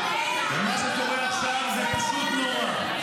--- מה שקורה עכשיו זה פשוט נורא.